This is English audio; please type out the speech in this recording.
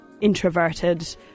introverted